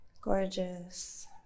Gorgeous